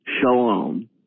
Shalom